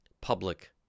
public